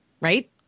right